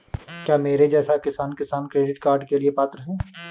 क्या मेरे जैसा किसान किसान क्रेडिट कार्ड के लिए पात्र है?